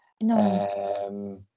No